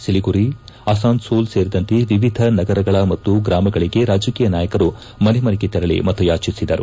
ಸಿಲಿಗುರಿ ಅಸಾನ್ಸೋಲ್ ಸೇರಿದಂತೆ ವಿವಿಧ ನಗರಗಳ ಮತ್ತು ಗ್ರಾಮಗಳಿಗೆ ರಾಜಕೀಯ ನಾಯಕರು ಮನೆ ಮನೆಗೆ ತೆರಳಿ ಮತಯಾಚಿಸಿದರು